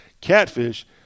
catfish